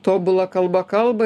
tobula kalba kalba